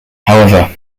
however